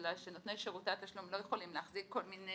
בגלל שנותני שירותי התשלום לא יכולים להחזיק כל מיני